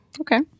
Okay